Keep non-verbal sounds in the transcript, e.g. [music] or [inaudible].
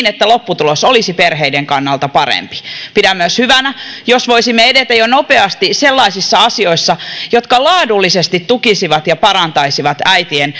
[unintelligible] että lopputulos olisi perheiden kannalta parempi pidän myös hyvänä jos voisimme edetä jo nopeasti sellaisissa asioissa jotka laadullisesti tukisivat ja parantaisivat äitien [unintelligible]